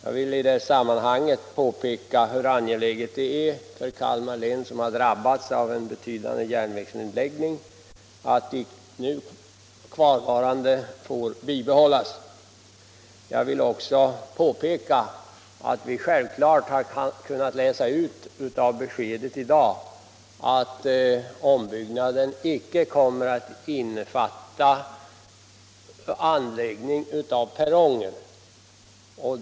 I sammanhanget vill jag påpeka hur angeläget det är för Kalmar län, som har drabbats av en betydande järnvägsnedläggning, att de nu kvarvarande järnvägslinjerna får bibehållas. Vidare vill jag framhålla att vi självfallet har kunnat läsa ut av beskedet i dag att ombyggnaden inte kommer att innefatta anläggning av perronger.